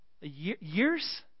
year's